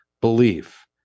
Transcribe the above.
belief